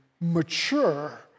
mature